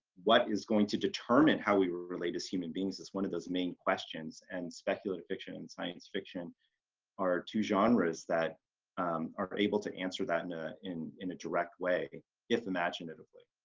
what is going to determine how we were related as human beings is one of those main questions and speculative fiction and science fiction are two genres that are able to answer that in ah in a direct way if imaginatively.